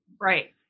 right